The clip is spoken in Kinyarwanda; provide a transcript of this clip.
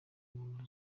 umuntu